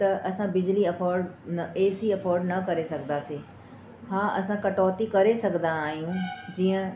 त असां बिजली अफ़ॉर्ड न ए सी अफ़ॉर्ड न करे सघंदासीं हा असां कटौती करे सघंदा आहियूं जीअं